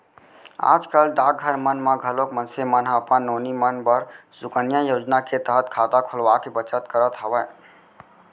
आज कल डाकघर मन म घलोक मनसे मन ह अपन नोनी मन बर सुकन्या योजना के तहत खाता खोलवाके बचत करत हवय